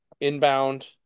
inbound